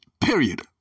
Period